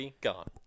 gone